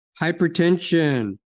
hypertension